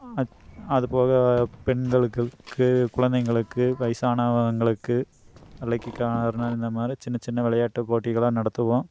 அத் அதுபோக பெண்களுக்கு குழந்தைங்களுக்கு வயசானவங்களுக்கு லக்கி கார்னர் இந்த மாதிரி சின்ன சின்ன விளையாட்டு போட்டிகளும் நடத்துவோம்